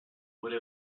would